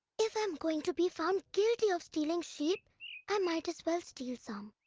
if i'm going to be found guilty of stealing sheep i might as well steal some.